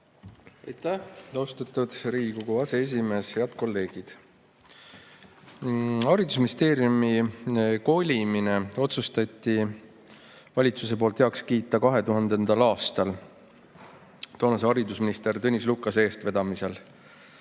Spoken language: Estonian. Aitäh, austatud Riigikogu aseesimees! Head kolleegid! Haridusministeeriumi kolimine otsustati valitsuses heaks kiita 2000. aastal toonase haridusministri Tõnis Lukase eestvedamisel.